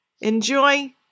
Enjoy